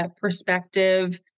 perspective